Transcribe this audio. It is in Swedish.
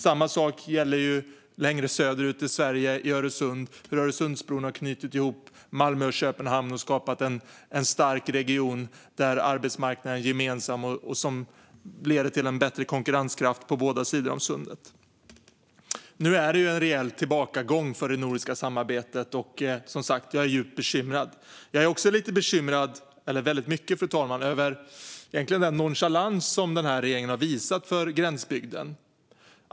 Samma sak gäller längre söderut, i Öresund. Öresundsbron har ju knutit ihop Malmö och Köpenhamn och skapat en stark region med gemensam arbetsmarknad, vilket lett till bättre konkurrenskraft på båda sidor om sundet. Nu ser vi en rejäl tillbakagång för det nordiska samarbetet, och jag är som sagt djupt bekymrad. Jag är också mycket bekymrad över den nonchalans som regeringen har visat gränsbygden.